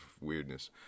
weirdness